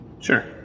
Sure